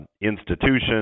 institutions